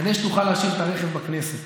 כדי שתוכל להשאיר את הרכב בכנסת